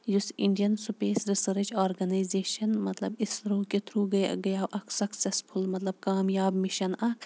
یُس Indian space research organisation مطلب اِسرو کہِ تھرٛوٗ گٔیاو اَکھ سَکسَسفُل مطلب کامیاب مِشَن اَکھ